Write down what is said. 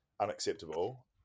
unacceptable